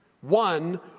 One